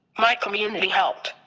my community helped.